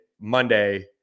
Monday